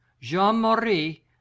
jean-marie